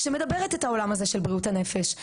שמדברת את העולם הזה של בריאות הנפש,